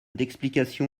d’explication